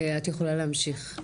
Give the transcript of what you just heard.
את יכולה להמשיך.